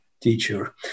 teacher